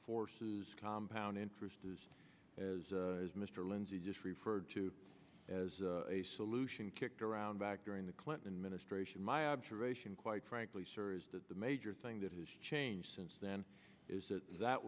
forces compound interest is as mr lindsey just referred to as a solution kicked around back during the clinton administration my observation quite frankly sir is that the major thing that has changed since then is that that